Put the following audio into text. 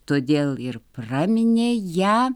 todėl ir praminė ją